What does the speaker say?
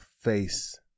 face